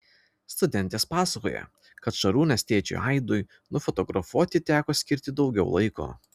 studentės pasakoja kad šarūnės tėčiui aidui nufotografuoti teko skirti daugiau laiko